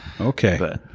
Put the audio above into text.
Okay